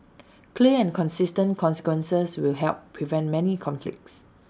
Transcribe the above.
clear and consistent consequences will help prevent many conflicts